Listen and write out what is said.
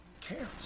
cares